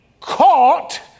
caught